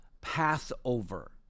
Passover